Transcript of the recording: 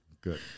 Good